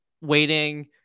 waiting